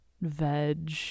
veg